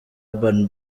urban